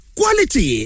quality